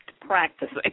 practicing